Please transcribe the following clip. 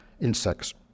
insects